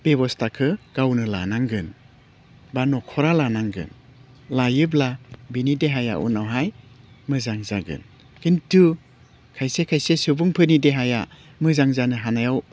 बेबस्थाखौ गावनो लानांगोन बा नख'रा लानांगोन लायोब्ला बिनि देहाया उनावहाय मोजां जागोन खिन्थु खायसे खायसे सुबुंफोरनि देहाया मोजां जानो हानायाव